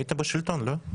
הייתם בשלטון, לא?